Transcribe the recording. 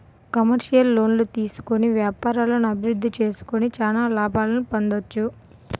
commercial లోన్లు తీసుకొని వ్యాపారాలను అభిరుద్ధి చేసుకొని చానా లాభాలను పొందొచ్చు